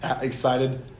Excited